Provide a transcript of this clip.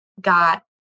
got